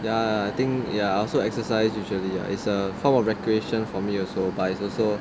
ya I think ya I also exercise usually um is a form of recreation for me also but it's also